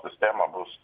sistemą bus